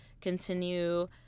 Continue